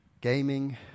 Gaming